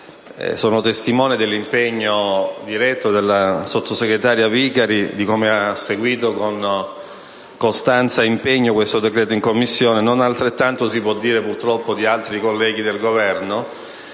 Sono testimone dell'impegno diretto della sottosegretario Vicari, di come ha seguito con costanza ed impegno l'esame del provvedimento in Commissione. Non altrettanto si può dire - purtroppo - di altri colleghi del Governo.